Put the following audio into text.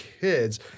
kids